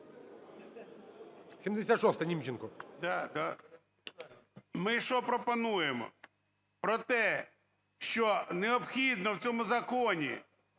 В.І. Ми що пропонуємо. Про те, що необхідно в цьому законі